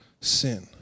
sin